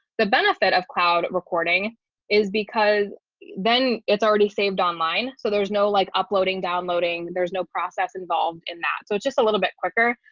the benefit of cloud recording is because then it's already saved online. so there's no like uploading, downloading, there's no process involved in that. so just a little bit quicker.